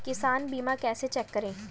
किसान बीमा कैसे चेक करें?